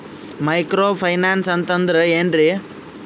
Micro finance ಅಂತಂದ್ರ ಏನ್ರೀ?